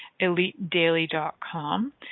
EliteDaily.com